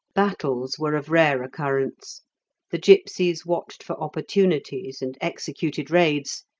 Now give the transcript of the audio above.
battles were of rare occurrence the gipsies watched for opportunities and executed raids,